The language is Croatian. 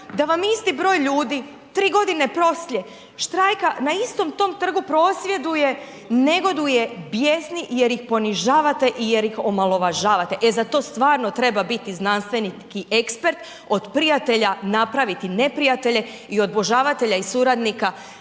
da vam isti broj ljudi 3.g. poslije štrajka na istom tom trgu prosvjeduje, negoduje, bjesni jer ih ponižavate i jer ih omalovažavate, e za to stvarno treba biti znanstvenik i ekspert, od prijatelja napraviti neprijatelje i od obožavatelja i suradnika